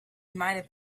might